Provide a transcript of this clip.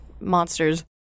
Monsters